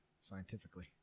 scientifically